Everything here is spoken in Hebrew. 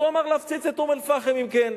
אז הוא אמר להפציץ את אום-אל-פחם אם כן.